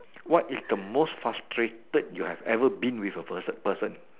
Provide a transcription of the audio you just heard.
what is the most frustrated you have ever been with a per person